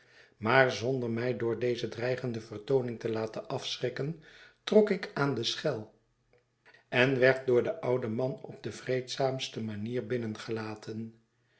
maar zonder mij door deze dreigende vertooning te laten afschrikken trok ik aan de schel en werd door den ouden man op de vreedzaamste manier binnengelaten